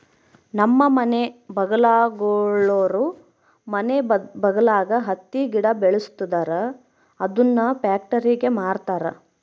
ನಮ್ಮ ಮನೆ ಬಗಲಾಗುಳೋರು ಮನೆ ಬಗಲಾಗ ಹತ್ತಿ ಗಿಡ ಬೆಳುಸ್ತದರ ಅದುನ್ನ ಪ್ಯಾಕ್ಟರಿಗೆ ಮಾರ್ತಾರ